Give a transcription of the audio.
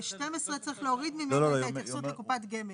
ו-12, צריך להוריד ממנו את ההתייחסות לקופת גמל.